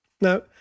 Now